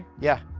yeah.